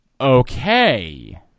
Okay